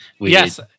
Yes